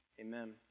Amen